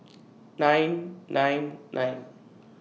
nine nine nine